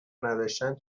نداشتن